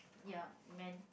ya man